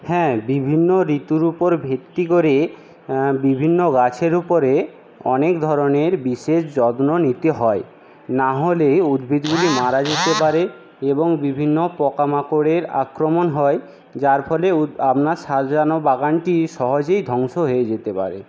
হ্যাঁ বিভিন্ন ঋতুর উপর ভিত্তি করে বিভিন্ন গাছের উপরে অনেক ধরনের বিশেষ যত্ন নিতে হয় না হলে উদ্ভিদগুলি মারা যেতে পারে এবং বিভিন্ন পোকামাকড়ের আক্রমণ হয় যার ফলে আপনার সাজানো বাগানটি সহজেই ধ্বংস হয়ে যেতে পারে